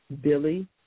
Billy